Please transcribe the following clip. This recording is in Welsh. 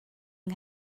yng